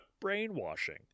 brainwashing